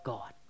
God